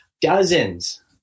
Dozens